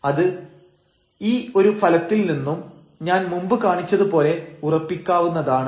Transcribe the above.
അത് ഈ ഒരു ഫലത്തിൽ നിന്നും ഞാൻ മുമ്പ് കാണിച്ചത് പോലെ ഉറപ്പിക്കാവുന്നതാണ്